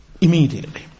Immediately